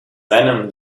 venom